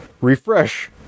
refresh